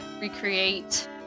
recreate